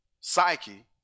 psyche